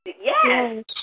Yes